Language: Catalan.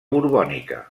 borbònica